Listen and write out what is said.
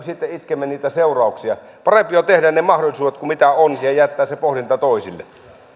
sitten itkemme niitä seurauksia parempi on tehdä ne mahdollisuudet mitä on ja jättää se pohdinta toisille